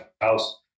house